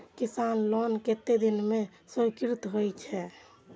किसान लोन कतेक दिन में स्वीकृत होई छै?